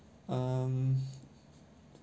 um